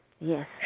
Yes